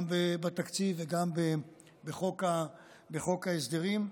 גם בתקציב וגם בחוק ההסדרים.